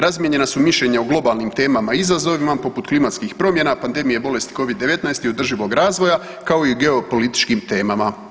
Razmijenjena su mišljenja o globalnim temama i izazovima poput klimatskih promjena, pandemije bolesti covid 19 i održivog razvoja kao i geopolitičkim temama“